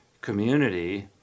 community